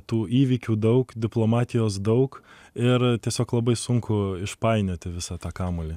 tų įvykių daug diplomatijos daug ir tiesiog labai sunku išpainioti visą tą kamuolį